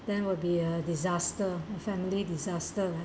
then will be a disaster a family disaster